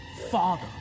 Father